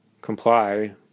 comply